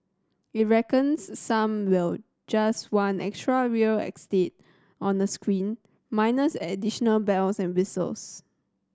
it reckons some will just want extra real estate on a screen minus additional bells and whistles